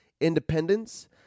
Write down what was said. independence